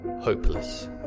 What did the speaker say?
hopeless